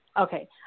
Okay